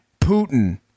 Putin